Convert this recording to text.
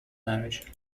marriage